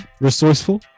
resourceful